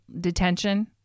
detention